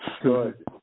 Good